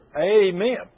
Amen